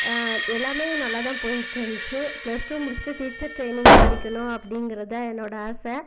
எல்லாமே நல்லா தான் போயிட்டிருந்ச்சு ப்ளஸ் டூ முடிச்சுட்டு டீச்சர் ட்ரைனிங் படிக்கணும் அப்படிங்கறது தான் என்னோடய ஆசை